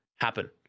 happen